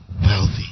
wealthy